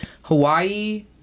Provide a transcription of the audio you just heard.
Hawaii